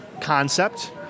concept